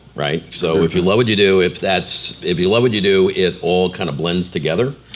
right. so if you love what you do, if that's, if you love what you do it all kind of blends together.